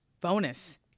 Bonus